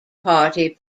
party